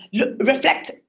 reflect